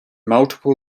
multiple